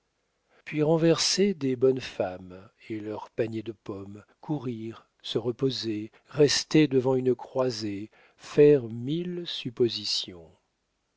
puis renverser des bonnes femmes et leurs paniers de pommes courir se reposer rester devant une croisée faire mille suppositions